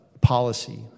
policy